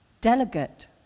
delegate